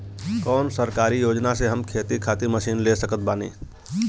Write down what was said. कौन सरकारी योजना से हम खेती खातिर मशीन ले सकत बानी?